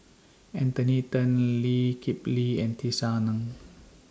Anthony Then Lee Kip Lee and Tisa Ng